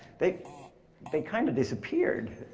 they they kind of disappeared.